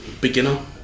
beginner